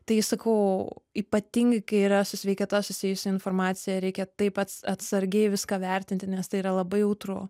tai sakau ypatingai kai yra su sveikata susijusi informacija reikia taip pats atsargiai viską vertinti nes tai yra labai jautru